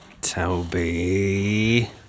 Toby